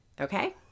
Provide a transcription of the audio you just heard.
Okay